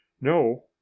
No